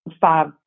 five